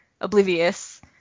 Oblivious